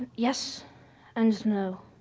yes and no.